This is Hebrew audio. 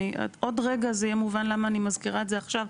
ועוד רגע זה יהיה מובן למה אני מזכירה את זה עכשיו.